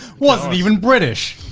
wasn't even british.